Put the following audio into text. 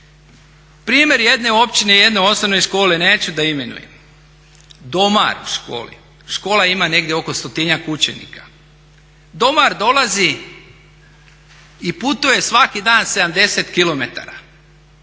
Primjer jedne općine, jedne osnovne škole, neću da imenujem, domar u školi, škola ima negdje oko 100-tinjak učenika, domar dolazi i putuje svaki dan 70 km a